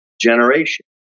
generation